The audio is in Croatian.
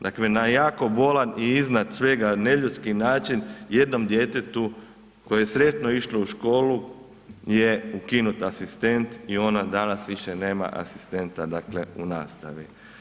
Dakle, na jako bolan i iznad svega neljudski način jednom djetetu koje je sretno išlo u školu je ukinut asistent i ona danas više nema asistenta, dakle, u nastavi.